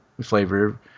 flavor